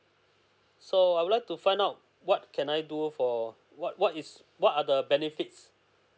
so I would like to find out what can I do for what what is what are the benefits